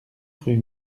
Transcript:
rue